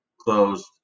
closed